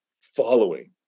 following